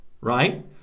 right